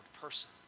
person